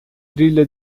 trilha